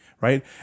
Right